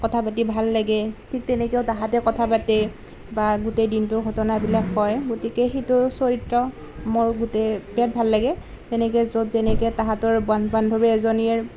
কথা পাতি ভাল লাগে ঠিক তেনেকৈও তাহাঁতে কথা পাতে বা গোটেই দিনটোৰ ঘটনাবিলাক কয় গতিকে সেইটো চৰিত্ৰ মোৰ গোটেই বিৰাট ভাল লাগে তেনেকৈ য'ত যেনেকৈ তাহাঁতৰ বান বান্ধৱী এজনীৰ